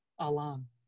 Alan